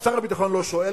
את שר הביטחון אני לא שואל,